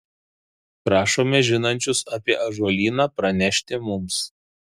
prašome žinančius apie ąžuolyną pranešti mums